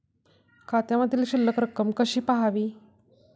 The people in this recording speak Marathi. खात्यामधील शिल्लक रक्कम कशी पहावी?